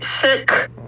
sick